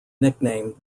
nickname